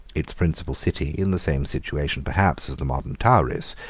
its principal city, in the same situation perhaps as the modern tauris,